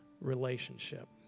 relationship